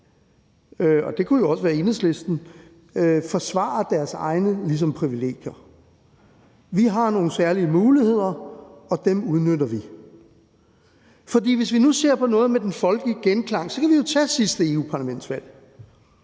forsvarer deres egne privilegier. Vi har nogle særlige muligheder, og dem udnytter vi. For hvis vi nu ser på det med den folkelige genklang, kan vi jo tage sidste europaparlamentsvalg.